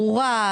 ברורה,